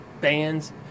bands